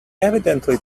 evidently